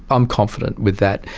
i'm confident with that.